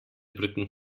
brücken